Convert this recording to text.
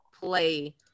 play